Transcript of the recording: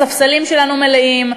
הספסלים שלנו מלאים.